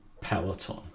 Peloton